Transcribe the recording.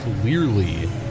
clearly